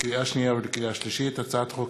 לקריאה שנייה ולקריאה שלישית: הצעת חוק